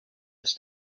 its